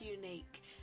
unique